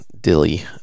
dilly